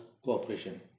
cooperation